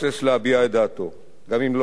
גם אם לא נעמה לאוזנו של השומע.